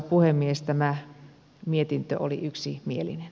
tämä mietintö oli yksimielinen